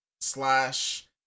slash